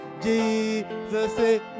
Jesus